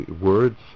words